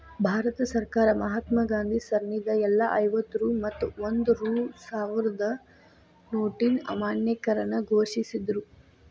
ಭಾರತ ಸರ್ಕಾರ ಮಹಾತ್ಮಾ ಗಾಂಧಿ ಸರಣಿದ್ ಎಲ್ಲಾ ಐವತ್ತ ರೂ ಮತ್ತ ಒಂದ್ ರೂ ಸಾವ್ರದ್ ನೋಟಿನ್ ಅಮಾನ್ಯೇಕರಣ ಘೋಷಿಸಿದ್ರು